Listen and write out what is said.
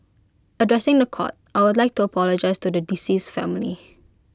addressing The Court I would like to apologise to the decease's family